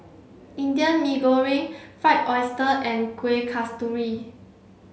Indian Mee Goreng fried oyster and Kuih Kasturi